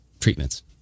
treatments